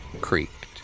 creaked